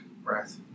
breath